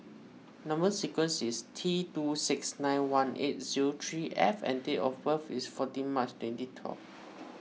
Number Sequence is T two six nine one eight zero three F and date of birth is fourteen March twenty twelve